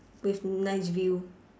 with nice view